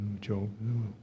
job